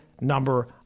number